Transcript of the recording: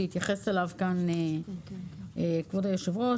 שהתייחס אליו כאן כבוד היושב ראש,